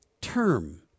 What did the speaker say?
term